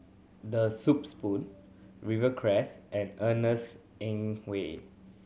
The Soup Spoon Rivercrest and Ernest